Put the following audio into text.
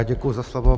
Děkuji za slovo.